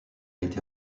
été